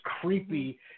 creepy